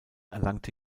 erlangte